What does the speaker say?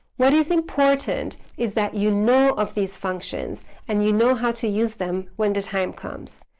what is important is that you know of these functions and you know how to use them when the time comes.